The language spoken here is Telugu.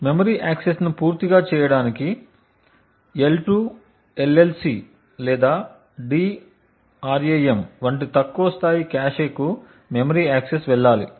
మెమరీ యాక్సెస్ను పూర్తి చేయడానికి L2 LLC లేదా DRAM వంటి తక్కువ స్థాయి కాష్కు మెమరీ యాక్సెస్ వెళ్లాలి